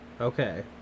Okay